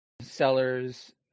sellers